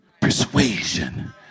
Persuasion